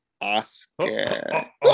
Oscar